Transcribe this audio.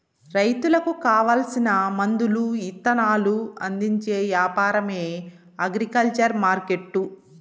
రైతులకు కావాల్సిన మందులు ఇత్తనాలు అందించే యాపారమే అగ్రికల్చర్ మార్కెట్టు